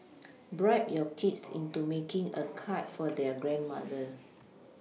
bribe your kids into making a card for their grandmother